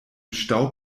stau